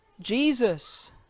Jesus